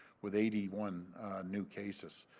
with eighty one new cases.